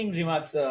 remarks